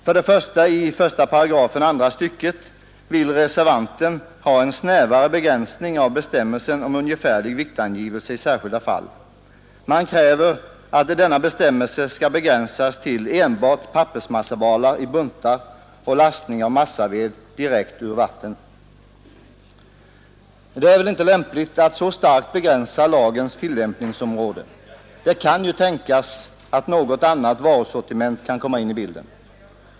För det första: I 1 8 andra stycket vill reservanten ha en snävare begränsning av bestämmelsen om ungefärlig viktangivelse i särskilda fall. Man kräver att denna bestämmelse skall begränsas till enbart pappersmassabalar i buntar och lastning av massaved direkt ur vatten. Det är väl inte lämpligt att så starkt begränsa lagens tillämpningsområde; det kan ju tänkas att något annat varusortiment kan komma in i bilden.